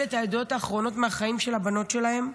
את העדויות האחרונות מהחיים של הבנות שלהן,